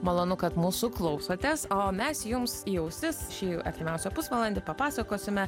malonu kad mūsų klausotės o mes jums į ausis šį artimiausią pusvalandį papasakosime